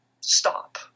stop